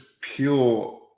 pure